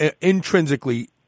intrinsically